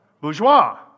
Bourgeois